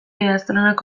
idazlanak